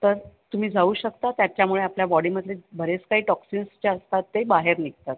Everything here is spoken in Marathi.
तर तुम्ही जाऊ शकता त्याच्यामुळे आपल्या बॉडीमधले बरेच काही टॉक्सिन्स ज्या असतात ते बाहेर निघतात